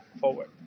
forward